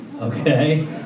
Okay